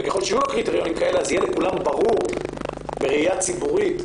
וככל שיהיו לו קריטריונים כאלה אז יהיה לכולם ברור בראייה ציבורית,